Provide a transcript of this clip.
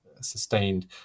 sustained